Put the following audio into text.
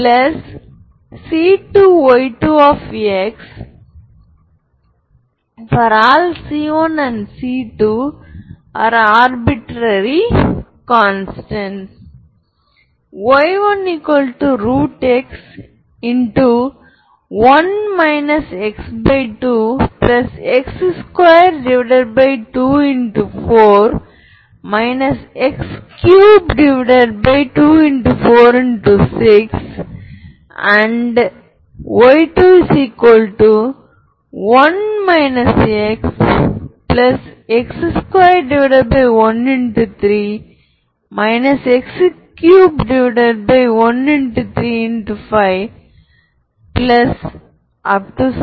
abwx L fx g dxabL fx wx g dx ab1wxddxpxdfdxqfwgx dx abddxpxdfdxqfgx dx எனவே இடது புறம் உண்மையில் வலது புறம் இருப்பதை நாம் பார்ப்போம் நாம் இங்கே வரையறுக்கப்பட்ட இடது பக்கத்துடன் தொடங்கினோம் இப்போது அடுத்த வீடியோவில் இன்டெகிரஷன் பை பார்ட்ஸ் பயன்படுத்துவோம் மற்றும் எந்த டேர்ம்கள் வலது புறத்தில் தோன்றுகின்றன என்பதைச் சரி பார்ப்போம்